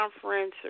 conference